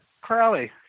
Crowley